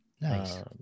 Nice